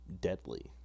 deadly